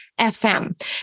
FM